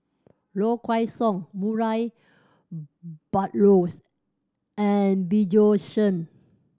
Low Kway Song Murray Buttrose and Bjorn Shen